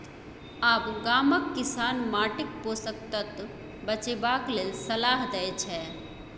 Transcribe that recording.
आब गामक किसान माटिक पोषक तत्व बचेबाक लेल सलाह दै छै